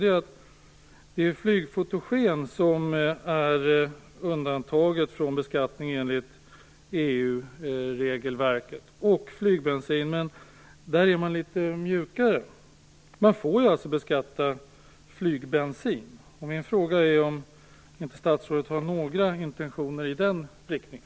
Det gäller det flygfotogen som är undantaget från beskattning enligt EU-regelverket. Det gäller också flygbensin, och där är man litet mjukare. Flygbensin får ju beskattas. Har statsrådet inga intentioner i den riktningen?